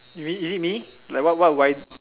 you mean is it me like wh~ what would I